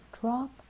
drop